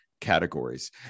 categories